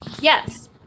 Yes